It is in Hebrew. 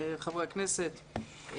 חברי הכנסת,